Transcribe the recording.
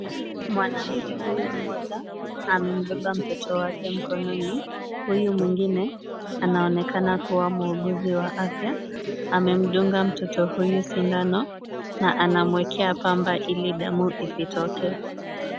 Mwanamke huyu mmoja amebeba mtoto wake mkononi. Huyu mwingine anaonekana kuwa muuguzi wa afya. Amemdunga mtoto huyu sindano na anamwekea pamba ili damu isitoke.